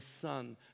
son